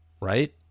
right